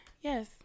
Yes